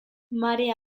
marea